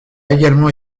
également